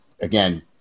again